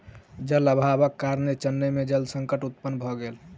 जल अभावक कारणेँ चेन्नई में जल संकट उत्पन्न भ गेल